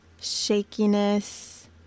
shakiness